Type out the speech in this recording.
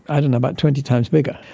i don't know, about twenty times bigger.